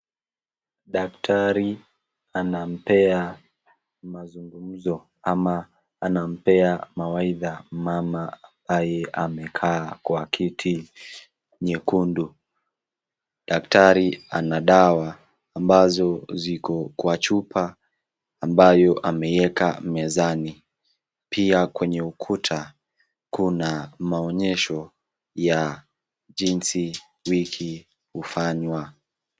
Daktari anampea mazungumzo ama anampea mawaidha mama ambaye amekaa kwa kiti nyekundu. Daktari ana dawa ambazo ziko kwa chupa ambayo ameieka mezani. Pia kwenye ukuta kuna maonyesho ya jinsi wiki hufanywa.